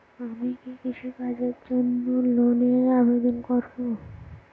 আমি কি কৃষিকাজের জন্য লোনের আবেদন করব?